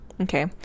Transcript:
okay